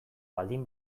baldin